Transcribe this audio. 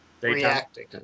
Reacting